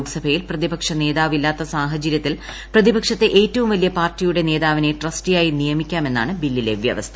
ലോക്സഭയിൽ പ്രതിപക്ഷ നേതാവ് ഇല്ലാത്ത സാഹചര്യത്തിൽ പ്രതിപക്ഷത്തെ ഏറ്റവും വലിയ പാർട്ടിയുടെ നേതാവിനെ ട്രസ്റ്റിയായി നിയമിക്കാമെന്നാണ് ബില്ലിലെ വൃവസ്ഥ